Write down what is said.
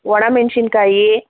ಒಣ ಮೆಣಸಿನಕಾಯಿ